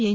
N